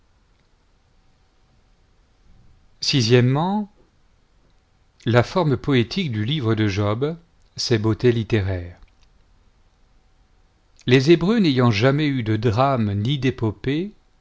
la forme poétique du livre de job ses beautés littéraires les hébreux n'ayant jamais eu de drame ni d'épopée